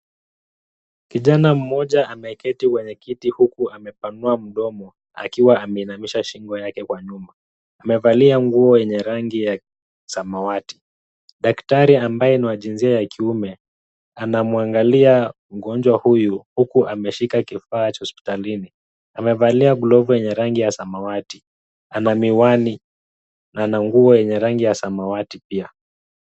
Kijana mmoja ameketi kwenye kiti huku amepanua mdomo, akiwa ameinamisha shingo yake kwa nyuma. Amevalia nguo yenye rangi ya samawati. Daktari ambaye ni wa jinsia ya kiume, anamwangalia mgonjwa huyu, huku ameshika kifaa cha hospitalini. Amevalia glovu yenye rangi ya samawati. Ana miwani na ana nguo yenye rangi ya samawati pia.